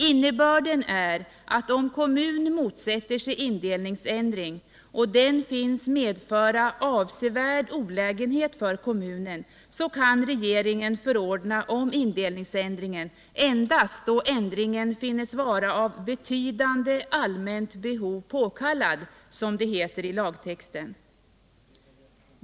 Innebörden är emellertid att om kommun motsätter sig indelningsändring och den finnes medföra avsevärd olägenhet för kommunen, så kan regeringen förordna om indelningsändringen endast då ändringen synes vara av ”betydande allmänt behov påkallad” , som det heter i lagtexten.